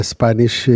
Spanish